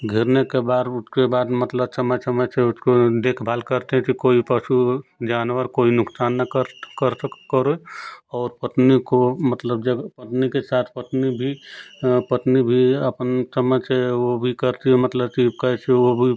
घेरने के बार उसके बाद मतलब समय समय से उसको देखभाल करते कि कोई पशु जानवर कोई नुकसान ना कर कर करे और पत्नी को मतलब जब पत्नी के साथ पत्नी भी पत्नी भी आपन समय से वो भी करती है मतलब कि कैसे वो भी